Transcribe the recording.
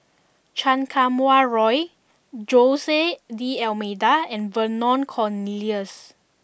Chan Kum Wah Roy Jose D'almeida and Vernon Cornelius